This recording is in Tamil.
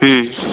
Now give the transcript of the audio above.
ம்